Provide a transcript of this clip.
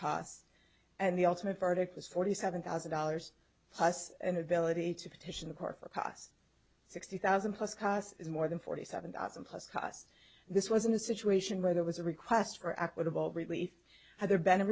costs and the ultimate verdict was forty seven thousand dollars and ability to petition the court for costs sixty thousand plus costs more than forty seven thousand plus costs this wasn't a situation where there was a request for equitable relief had there be